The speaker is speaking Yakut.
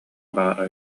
баара